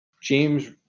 James